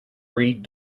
breed